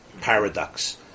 paradox